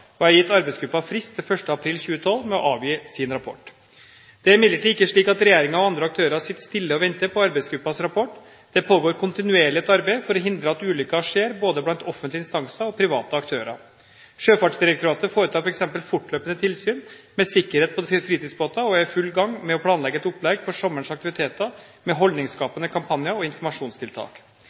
har gitt arbeidsgruppen frist til 1. april 2012 for å avgi sin rapport. Det er imidlertid ikke slik at regjeringen og andre aktører sitter stille og venter på arbeidsgruppens rapport. Det pågår kontinuerlig et arbeid for å hindre at ulykker skjer, blant både offentlige instanser og private aktører. Sjøfartsdirektoratet foretar f.eks. fortløpende tilsyn med sikkerhet på fritidsbåter og er i full gang med å planlegge et opplegg for sommerens aktiviteter med holdningsskapende kampanjer og informasjonstiltak.